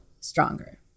stronger